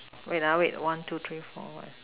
wait ah wait one two three four